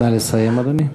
נא לסיים, אדוני.